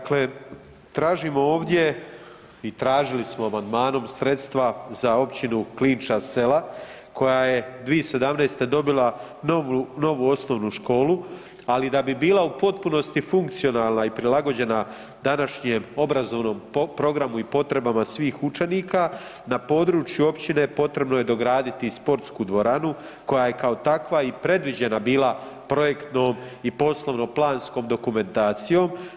Dakle, tražimo ovdje i tražili smo amandmanom sredstva za općinu Klinča Sela koja je 2017. dobila novu, novu osnovnu školu, ali da bi bila u potpunosti funkcionalna i prilagođena današnjem obrazovnom programu i potrebama svih učenika na području općine potrebno je dograditi i sportsku dvoranu koja je kao takva i predviđena bila projektnom i poslovno planskom dokumentacijom.